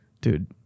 Dude